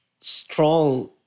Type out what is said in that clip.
strong